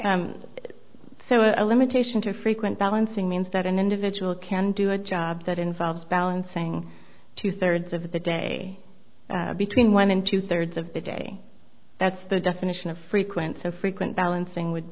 so a limitation to frequent balancing means that an individual can do a job that involves balancing two thirds of the day between one and two thirds of the day that's the definition of frequent so frequent balancing would